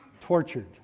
tortured